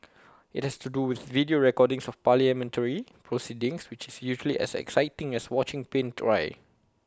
IT has to do with video recordings of parliamentary proceedings which is usually as exciting as watching paint dry